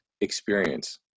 experience